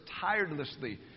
tirelessly